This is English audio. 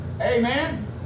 amen